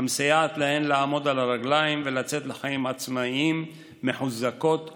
המסייעת להן לעמוד על הרגליים ולצאת לחיים עצמאיים מחוזקות ומלוות,